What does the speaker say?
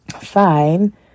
Fine